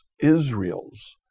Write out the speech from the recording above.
Israel's